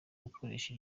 gukoresha